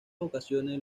ocasiones